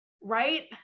Right